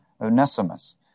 Onesimus